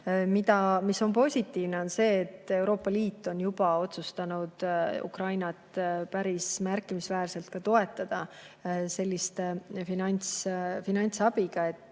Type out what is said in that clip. Positiivne on aga see, et Euroopa Liit on juba otsustanud Ukrainat päris märkimisväärselt toetada sellise finantsabiga, et